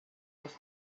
was